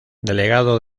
delegado